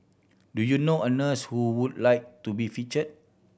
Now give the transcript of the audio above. do you know a nurse who would like to be feature